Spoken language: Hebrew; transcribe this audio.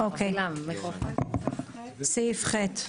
סעיף (ח).